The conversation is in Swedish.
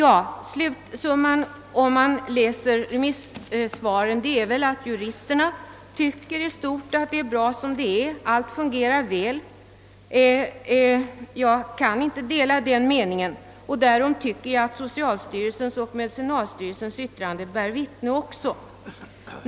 Av remissvaren framgår att juristerna i stort sett tycker att förhållandena är bra som de är och att allt fungerar väl. Jag kan inte dela den uppfattningen. Det tycks inte heller socialstyrelsen och medicinalstyrelsen göra av deras yttranden att döma.